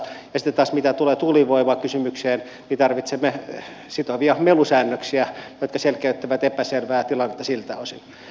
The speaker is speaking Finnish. sitten taas mitä tulee tuulivoimakysymykseen tarvitsemme sitovia melusäännöksiä jotka selkeyttävät epäselvää tilannetta siltä osin